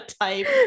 type